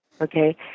okay